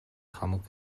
хамаг